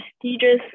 prestigious